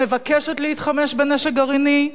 המבקשת להתחמש בנשק גרעיני,